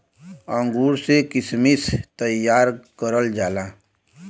अंगूर से किशमिश तइयार करल जाला